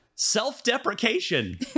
Self-deprecation